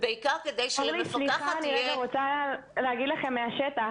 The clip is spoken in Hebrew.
אורלי, סליחה, אני רגע רוצה להגיד לכם מהשטח.